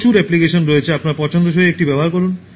প্রচুর অ্যাপ্লিকেশন রয়েছে আপনার পছন্দসই একটি ব্যবহার করুন